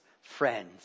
friends